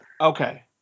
Okay